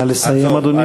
נא לסיים, אדוני.